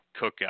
cookout